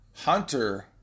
Hunter